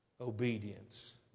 obedience